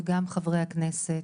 וגם חברי הכנסת.